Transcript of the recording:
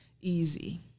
easy